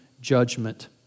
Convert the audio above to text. judgment